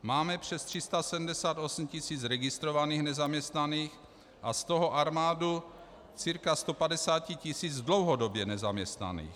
Máme přes 378 tisíc registrovaných nezaměstnaných a z toho armádu cca 150 tisíc dlouhodobě nezaměstnaných.